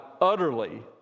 utterly